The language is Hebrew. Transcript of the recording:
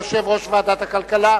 תודה רבה ליושב-ראש ועדת הכלכלה.